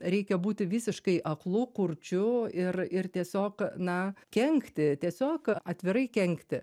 reikia būti visiškai aklu kurčiu ir ir tiesiog na kenkti tiesiog atvirai kenkti